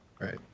Right